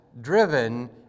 driven